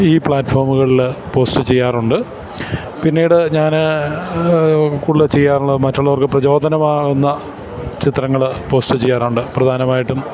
ഈ പ്ലാറ്റ്ഫോമുകളില് പോസ്റ്റ് ചെയ്യാറുണ്ട് പിന്നീട് ഞാന് കൂടുതല് ചെയ്യാറുള്ള മറ്റുള്ളവർക്കു പ്രചോദനമാകുന്ന ചിത്രങ്ങള് പോസ്റ്റ് ചെയ്യാറുണ്ട് പ്രധാനമായിട്ടും